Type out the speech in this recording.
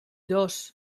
dos